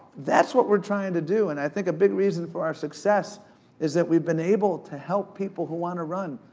that's what we're trying to do. and i think a big reason for our success is that we've been able to help people who wanna run.